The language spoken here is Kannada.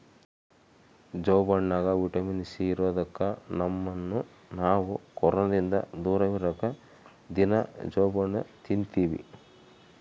ಜಾಂಬಣ್ಣಗ ವಿಟಮಿನ್ ಸಿ ಇರದೊಕ್ಕ ನಮ್ಮನ್ನು ನಾವು ಕೊರೊನದಿಂದ ದೂರವಿರಕ ದೀನಾ ಜಾಂಬಣ್ಣು ತಿನ್ತಿವಿ